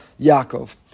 Yaakov